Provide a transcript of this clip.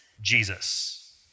Jesus